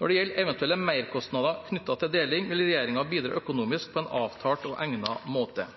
Når det gjelder eventuelle merkostnader knyttet til deling, vil regjeringen bidra økonomisk på en avtalt og egnet måte.